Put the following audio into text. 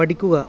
പഠിക്കുക